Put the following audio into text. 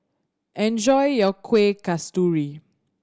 enjoy your Kueh Kasturi